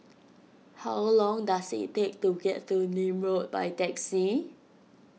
how long does it take to get to Nim Road by taxi